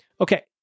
Okay